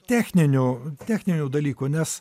techninių techninių dalykų nes